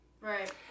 Right